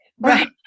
right